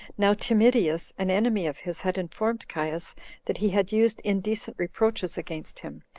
now timidius, an enemy of his, had informed caius that he had used indecent reproaches against him,